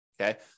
Okay